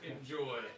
enjoy